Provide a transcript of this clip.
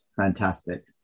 fantastic